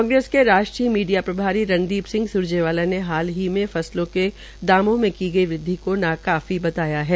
कांग्रेस के राष्ट्रीय मीडिया सलाहकार प्रभारी रणदीप सिंह स्रजेवाला ने हाल की फसलों के दामों में की गई वृदवि को नाकाफी बताया है